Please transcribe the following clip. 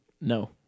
No